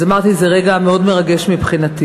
אז אמרתי, זה רגע מאוד מרגש מבחינתי.